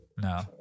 No